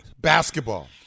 basketball